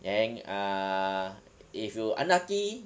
then err if you unlucky